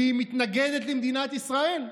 כי היא מתנגדת למדינת ישראל.